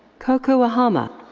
kokou ahama.